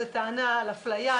זה טענה על אפליה,